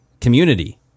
community